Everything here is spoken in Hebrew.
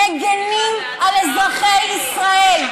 מגינים על אזרחי ישראל.